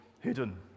hidden